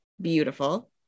beautiful